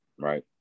right